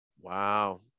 Wow